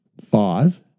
five